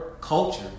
culture